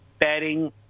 betting